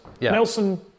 Nelson